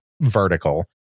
vertical